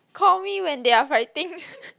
call me when they are fighting